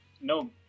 no